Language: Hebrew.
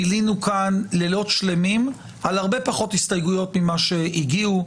בילינו כאן לילות שלמים על הרבה פחות הסתייגויות ממה שהגיעו.